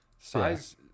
Size